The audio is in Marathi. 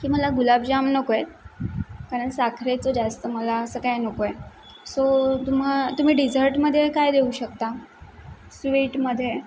की मला गुलाबजाम नको आहेत कारण साखरेचं जास्त मला असं काय नको आहे सो तुम्हा तुम्ही डिझर्टमधे काय देऊ शकता स्वीटमधे